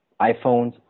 iPhones